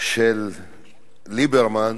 של ליברמן,